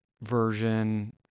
version